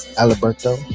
Alberto